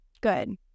good